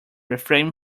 refrain